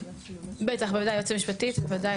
היועצת המשפטית, בבקשה.